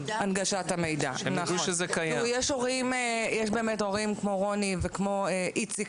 יש באמת הורים כמו רוני וכמו איציק,